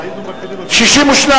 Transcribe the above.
ההסתייגות של שר האוצר לסעיף 12 נתקבלה.